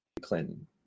Clinton